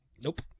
Nope